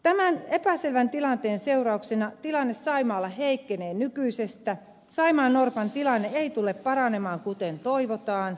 tämän epäselvän tilanteen seurauksena tilanne saimaalla heikkenee nykyisestä saimaannorpan tilanne ei tule paranemaan kuten toivotaan